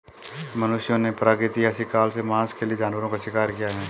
मनुष्यों ने प्रागैतिहासिक काल से मांस के लिए जानवरों का शिकार किया है